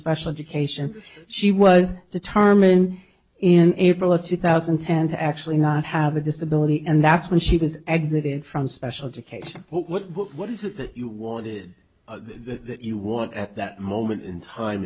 special education she was determined in april of two thousand and ten to actually not have a disability and that's when she was exited from special education what is it that you wanted that you want at that moment in time